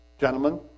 Gentlemen